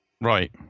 right